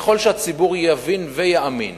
ככל שהציבור יבין ויאמין